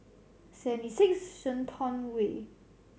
Seventy Six Shenton Way